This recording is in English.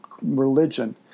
religion